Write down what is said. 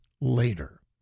later